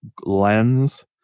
lens